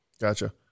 Gotcha